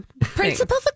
Principal